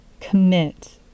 commit